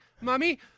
mommy